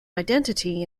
identity